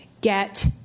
get